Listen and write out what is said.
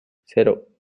cero